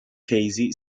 casey